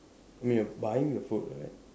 I mean you're buying the food right